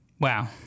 Wow